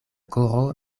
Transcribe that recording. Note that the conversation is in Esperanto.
koro